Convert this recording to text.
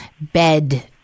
bed